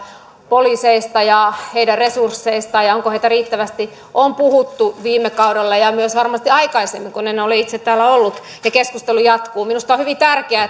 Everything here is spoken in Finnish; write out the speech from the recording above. poliiseista ja heidän resursseistaan ja siitä onko heitä riittävästi on puhuttu viime kaudella ja ja myös varmasti aikaisemminkin kun en ole itse täällä ollut ja keskustelu jatkuu minusta on hyvin tärkeää